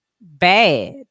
bad